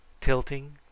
tilting